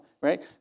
right